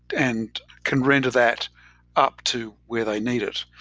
and can render that up to where they need it.